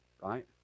right